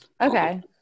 Okay